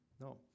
No